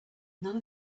none